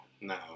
no